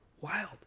wild